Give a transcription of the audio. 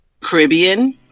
Caribbean